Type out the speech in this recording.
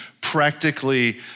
practically